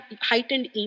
heightened